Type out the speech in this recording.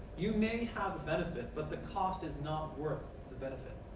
you may have a benefit. but the cost is not worth the benefit.